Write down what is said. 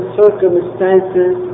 circumstances